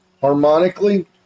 harmonically